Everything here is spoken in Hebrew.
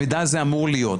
המידע הזה אמור להיות.